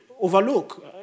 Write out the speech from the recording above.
overlook